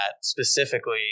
specifically